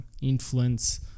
influence